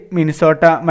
Minnesota